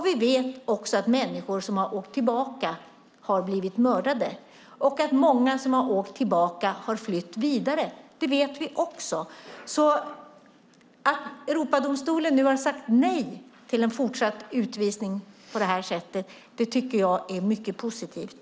Vi vet att människor som har åkt tillbaka har blivit mördade och att många som har åkt tillbaka har flytt vidare. Att Europadomstolen nu har sagt nej till en fortsatt utvisning tycker jag är mycket positivt.